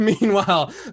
meanwhile